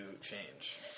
change